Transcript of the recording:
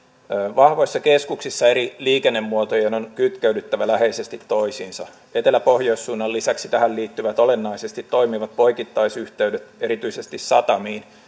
vahvoissa keskuksissa eri liikennemuotojen on kytkeydyttävä läheisesti toisiinsa etelä pohjois suunnan lisäksi tähän liittyvät olennaisesti toimivat poikittaisyhteydet erityisesti satamiin